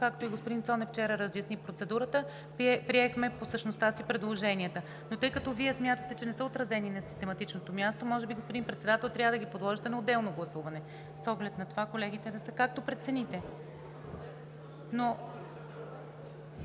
както и господин Цонев вчера разясни процедурата, приехме предложенията по същността им, но тъй като Вие смятате, че не са отразени на систематичното им място, може би, господин Председател, трябва да ги подложите на отделно гласуване, с оглед на това колегите да са… Както прецените.